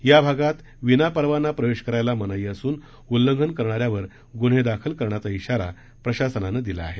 या भागात विनापरवाना प्रवेश करायला मनाई असून उल्लंघन करणाऱ्यांवर गुन्हे दाखल करण्याचा श्रीारा प्रशासनानं दिला आहे